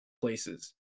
places